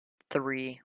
three